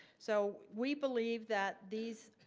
so we believe that these